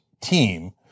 team